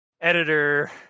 editor